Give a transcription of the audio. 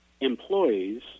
employees